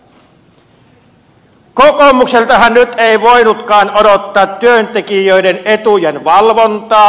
kokoomukseltahan nyt ei voinutkaan odottaa työntekijöiden etujen valvontaa